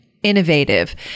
innovative